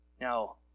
Now